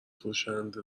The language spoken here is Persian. فروشنده